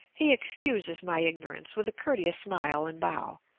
he excuses my ignorance with a courteous smile and bow,